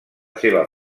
seva